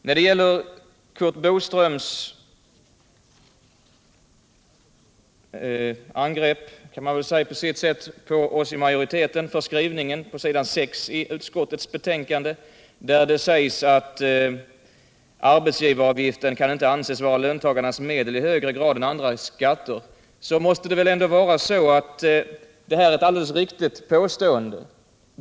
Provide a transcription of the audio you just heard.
När det gäller Curt Boströms ”angrepp” på oss inom utskottsmajoriteten för skrivningen på s. 6 i skatteutskottets betänkande nr 16, där det heter att arbetsgivaravgiften inte kan anses vara löntagarnas medel i högre grad än andra skatter, så måste väl det vara ett alldeles riktigt påstående.